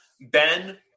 Ben